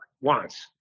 wants